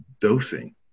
dosing